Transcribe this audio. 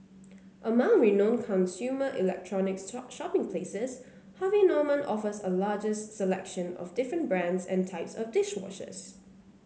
among renowned consumer electronics shopping places Harvey Norman offers a largest selection of different brands and types of dish washers